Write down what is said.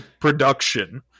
production